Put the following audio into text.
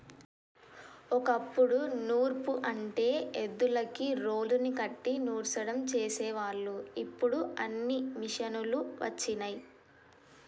ఓ కప్పుడు నూర్పు అంటే ఎద్దులకు రోలుని కట్టి నూర్సడం చేసేవాళ్ళు ఇప్పుడు అన్నీ మిషనులు వచ్చినయ్